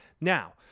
Now